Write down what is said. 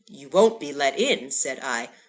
you won't be let in said i.